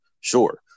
sure